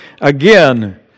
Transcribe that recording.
again